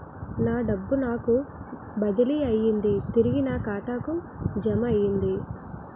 నా డబ్బు నాకు బదిలీ అయ్యింది తిరిగి నా ఖాతాకు జమయ్యింది